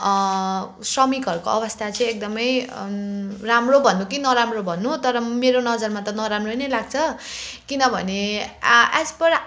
श्रमिकहरूको अवस्था चाहिँ एकदमै राम्रो भन्नु कि नराम्रो भन्नु तर मेरो नजरमा त नराम्रै नै लाग्छ किनभने एज पर